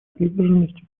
приверженностью